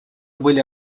были